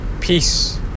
peace